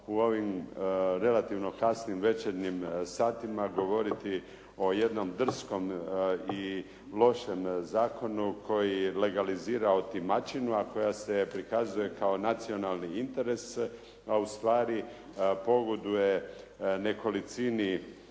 u ovim relativno kasnim večernjim satima govoriti o jednom drskom i lošem zakonu koji legalizira otimačinu, a koja se prikazuje kao nacionalni interes, a ustvari pogoduje nekolicini